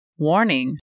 Warning